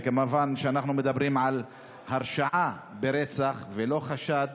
כמובן שאנחנו מדברים על הרשעה ברצח ולא חשד